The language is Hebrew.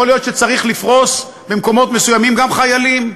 יכול להיות שצריך לפרוס במקומות מסוימים גם חיילים,